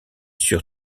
sur